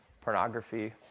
pornography